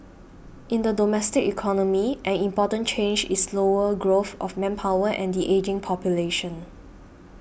in the domestic economy an important change is slower growth of manpower and the ageing population